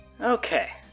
Okay